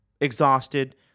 exhausted